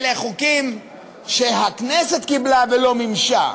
אלה חוקים שהכנסת קיבלה ולא מימשה,